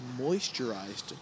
moisturized